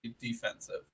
defensive